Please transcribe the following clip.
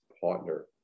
partner